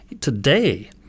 today